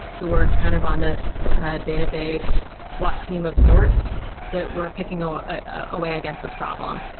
who were kind of on this ah database swat team of sorts that were picking ah ah away against this problem.